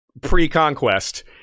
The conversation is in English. pre-conquest